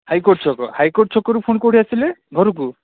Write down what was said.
high court ଛକ high court ଛକରୁ ପୁଣି କେଉଁଠିକି ଆସିଥିଲେ ଘରକୁ